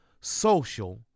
social